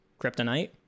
Kryptonite